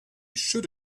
should